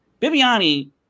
Bibiani